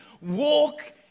walk